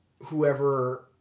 whoever